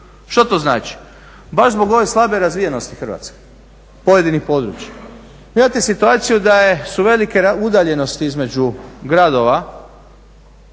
Što to znači? Baš zbog ove slabe razvijenosti Hrvatske, pojedinih područja. Imate situaciju da su velike udaljenosti između gradova